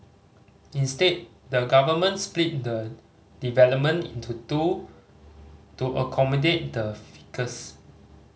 instead the government split the development into two to accommodate the ficus